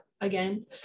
again